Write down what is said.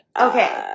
Okay